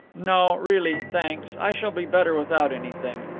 no, really, thanks, i shall be better without anything.